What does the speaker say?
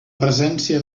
presència